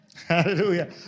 Hallelujah